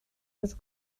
dos